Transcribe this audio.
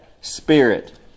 spirit